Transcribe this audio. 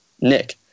Nick